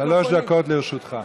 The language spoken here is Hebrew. שלוש דקות לרשותך.